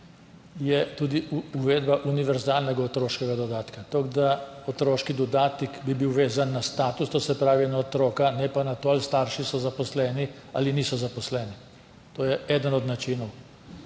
je tudi uvedba univerzalnega otroškega dodatka, tako da bi bil otroški dodatek vezan na status, to se pravi na otroka, ne pa na to, ali so starši zaposleni ali niso zaposleni. To je eden od načinov.